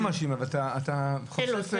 אתה לא מאשים, אבל אתה חושף תמונה.